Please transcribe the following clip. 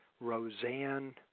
Roseanne